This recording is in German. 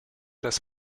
das